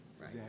right